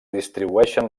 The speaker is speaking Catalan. distribueixen